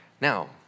Now